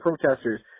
protesters